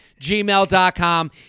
gmail.com